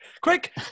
quick